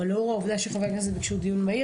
אבל לאור העובדה שחברי הכנסת ביקשו דיון מהיר,